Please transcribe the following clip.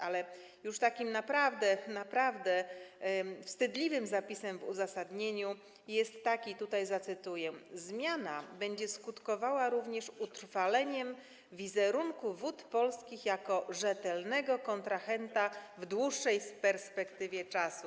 A już takim naprawdę wstydliwym zapisem w uzasadnieniu jest zapis, tutaj zacytuję: „Zmiana będzie skutkowała również utrwaleniem wizerunku Wód Polskich jako rzetelnego kontrahenta w dłuższej perspektywie czasu”